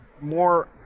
more